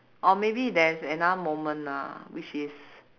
or maybe there's another moment lah which is